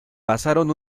pasaron